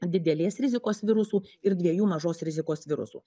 didelės rizikos virusų ir dviejų mažos rizikos virusų